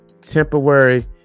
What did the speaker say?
temporary